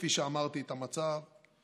כפי שאמרתי, את המצב,